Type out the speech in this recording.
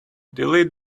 delete